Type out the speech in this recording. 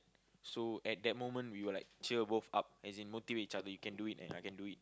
so at that moment we will like cheer both up as in motivate each other you can do it and I can do it